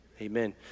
Amen